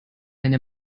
eine